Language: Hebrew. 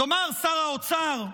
תאמרו, שר האוצר,